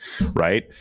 Right